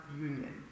union